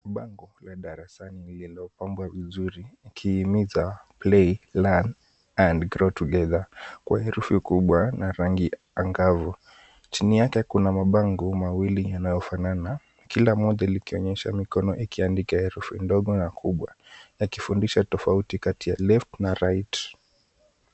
Bango la darasani lililopambwa vizuri likihimiza play, learn and grow together , kwa herufi kubwa na rangi angavu. Chini yake kuna mabango mawili yanayofanana, kila moja likionyesha mikono ikiandika herufi ndogo na kubwa na ikifundisha tofauti kati ya left na right .